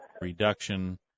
reduction